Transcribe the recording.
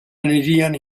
anirien